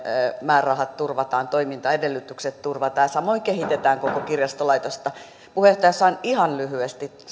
määrärahat turvataan toimintaedellytykset turvataan ja samoin kehitetään koko kirjastolaitosta puheenjohtaja jos saan ihan lyhyesti